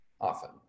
often